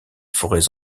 forêts